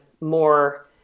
more